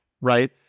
right